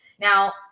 now